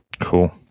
Cool